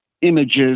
images